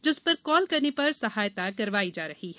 जिस पर कॉल करने पर सहायता करवाई जा रही है